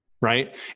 Right